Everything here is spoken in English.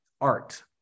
art